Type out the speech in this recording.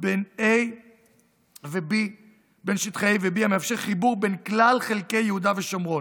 בין שטחי A ו-B המאפשר חיבור בין כלל חלקי יהודה ושומרון,